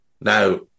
Now